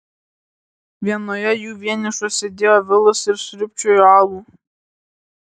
vienoje jų vienišas sėdėjo vilas ir sriubčiojo alų